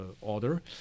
order